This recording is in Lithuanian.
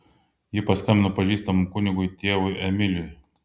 ji paskambino pažįstamam kunigui tėvui emiliui